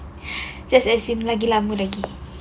just assume lagi lama lagi